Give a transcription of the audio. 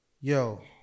Yo